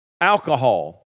alcohol